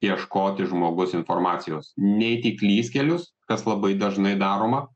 ieškoti žmogus informacijos neit į klystkelius kas labai dažnai daroma